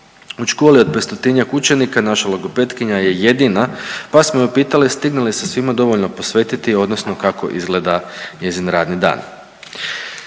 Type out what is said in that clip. UZ školi od 500-tinjak učenika naša logopetkinja je jedina, pa smo je pitali stigne li se svima dovoljno posvetiti, odnosno kako izgleda njezin radni dan.